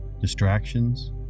distractions